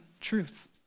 truth